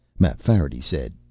mapfarity said,